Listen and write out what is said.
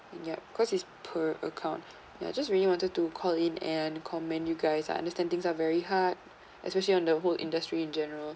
mm yup cause it's per account ya just really wanted to call in and commend you guys are understandings are very hard especially on the whole industry in general